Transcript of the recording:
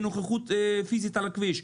בנוכחות פיזית על הכביש.